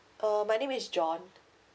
uh my name is john